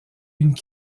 une